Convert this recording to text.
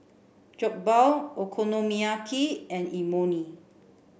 Jokbal Okonomiyaki and Imoni